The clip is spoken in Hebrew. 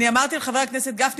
אמרתי לחבר הכנסת גפני,